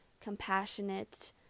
compassionate